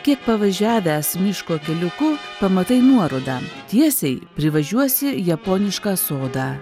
kiek pavažiavęs miško keliuku pamatai nuorodą tiesiai privažiuosi japonišką sodą